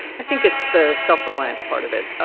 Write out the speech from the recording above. i think it's the self-reliance part of it.